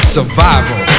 Survival